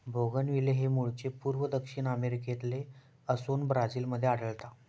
bougainvillea हे मूळचे पूर्व दक्षिण अमेरिकेतले असोन ब्राझील मध्ये आढळता